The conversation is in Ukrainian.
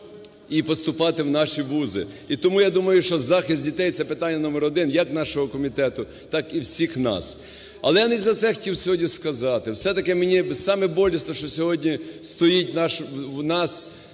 поступати в наші вузи. І тому я думаю, що захист дітей – це питання номер один як нашого комітету, так і всіх нас. Але не за це я хотів сьогодні сказати. Все-таки мені саме болісно, що сьогодні стоїть у нас